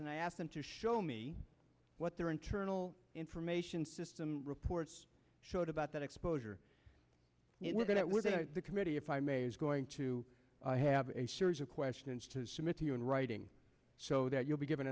and i asked them to show me what their internal information system reports showed about that exposure and we're going to we're going to the committee if i may is going to have a series of questions to submit to you in writing so that you'll be given